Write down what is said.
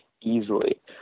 easily